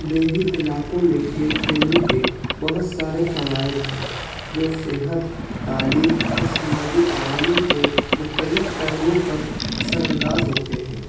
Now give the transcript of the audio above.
دیہی علاقوں میں کھیل کھیلنے کے بہت سارے فوائد ہیں جو صحت تعلیم اور سماجی تعامل کے مختلف پہلؤوں پر اثر انداز ہوتے ہیں